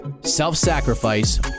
self-sacrifice